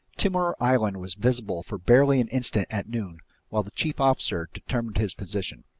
timor island was visible for barely an instant at noon while the chief officer determined his position.